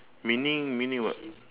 meaning meaning what